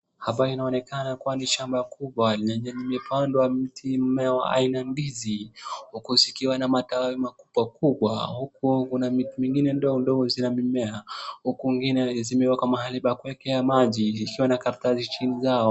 Hapa inaonekana ni shamba kubwa imepandwa miti mmea wa aina ya ndizi huku zikiwa na matawi kubwa kubwa huku zingine zikiwa ndogo na mimea huku zingine zimewekwa mahali pa kuweka maji ikiwa na karatasi chini Yao.